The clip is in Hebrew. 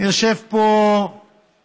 אני יושב פה שעה,